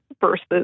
versus